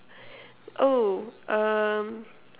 oh um